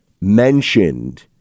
mentioned